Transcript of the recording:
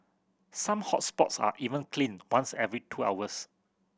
some hot spots are even cleaned once every two hours